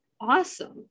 awesome